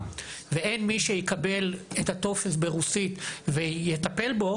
ואין מי שיקבל את הטופס ברוסית ויטפל בו